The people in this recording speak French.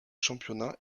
championnat